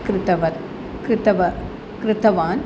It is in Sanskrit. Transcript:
कृतवत् कृतवा कृतवान्